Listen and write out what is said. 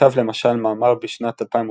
כתב למשל מאמר בשנת 2008